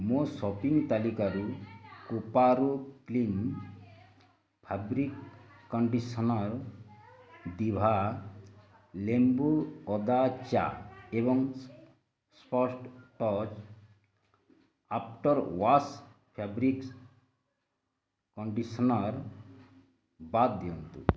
ମୋ ସପିଙ୍ଗ୍ ତାଲିକାରୁ କୋପାରୋ କ୍ଲିନ୍ ଫାବ୍ରିକ୍ କଣ୍ଡିସନର୍ ଦିଭା ଲେମ୍ବୁ ଅଦା ଚା ଏବଂ ଆଫ୍ଟର୍ ୱାଶ୍ ଫେବ୍ରିକ୍ କଣ୍ଡିସନର୍ ବାଦ ଦିଅନ୍ତୁ